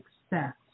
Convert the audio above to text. success